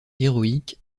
héroïque